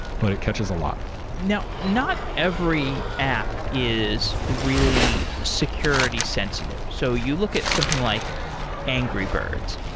but it catches a lot now not every app is really security sensitive. so you look at something like angry birds.